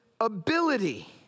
ability—